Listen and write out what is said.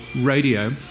radio